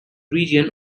region